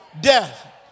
death